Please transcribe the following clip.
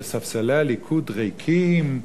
שספסלי הליכוד ריקים,